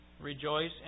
Rejoice